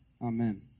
Amen